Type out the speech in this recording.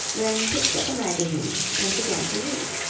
then picked up a magazine and began to read.